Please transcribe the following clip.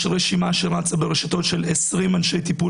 יש רשימה שרצה ברשתות של 20 אנשי טיפול